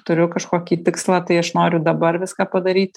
turiu kažkokį tikslą tai aš noriu dabar viską padaryt